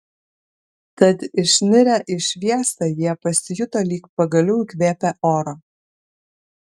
tad išnirę į šviesą jie pasijuto lyg pagaliau įkvėpę oro